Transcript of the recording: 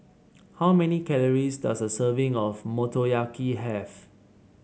how many calories does a serving of Motoyaki have